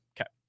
Okay